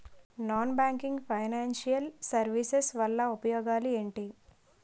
Non banking financial services వల్ల ఉపయోగాలు ఎంటి?